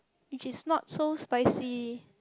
which is not so spicy